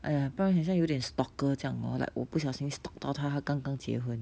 !aiya! 不然很像有点 stalker 这样 hor like 我不小心 stalk 到他刚刚结婚